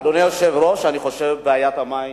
אדוני היושב-ראש, אני חושב שבעיית המים